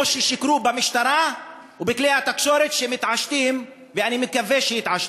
ששיקרו במשטרה ובכלי התקשורת שמתעשתים ואני מקווה שיתעשתו.